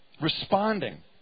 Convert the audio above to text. responding